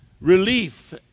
relief